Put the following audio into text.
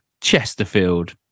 Chesterfield